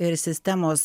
ir sistemos